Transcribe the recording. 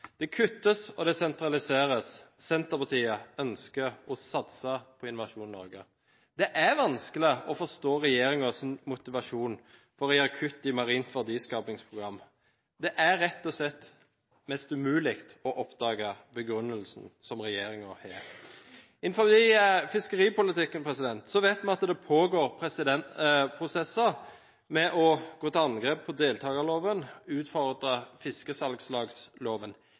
Det kuttes, og det sentraliseres. Senterpartiet ønsker å satse på Innovasjon Norge. Det er vanskelig å forstå regjeringens motivasjon for å gjøre kutt i Marint verdiskapingsprogram. Det er rett og slett nesten umulig å oppdage begrunnelsen som regjeringen har. Innenfor fiskeripolitikken vet vi at det pågår prosesser med å gå til angrep på deltakerloven og utfordre fiskesalgslagsloven.